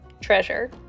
treasure